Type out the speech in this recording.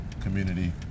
community